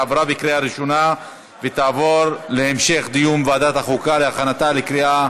עברה בקריאה ראשונה ותעבור להמשך דיון בוועדת החוקה להכנתה לקריאה